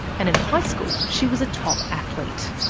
and in high school she was a top athlete.